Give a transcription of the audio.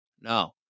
No